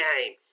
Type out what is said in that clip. name